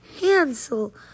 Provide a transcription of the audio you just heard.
hansel